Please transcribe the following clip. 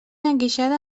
enguixada